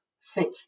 fit